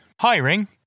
Hiring